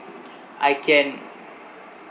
I can